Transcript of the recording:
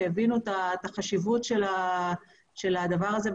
שיבינו את החשיבות של הדבר הזה,